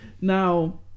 now